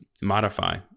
modify